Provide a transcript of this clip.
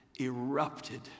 erupted